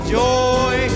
joy